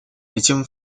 этим